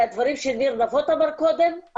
הדברים שניר נבות אמר קודם,